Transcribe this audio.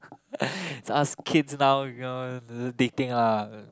us kids now go into dating ah